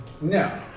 no